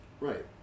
Right